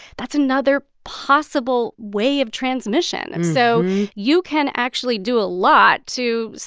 that's another possible way of transmission and so you can actually do a lot to,